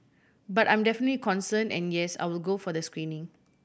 but I'm definite concern and yes I will go for the screening